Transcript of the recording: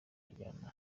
injyana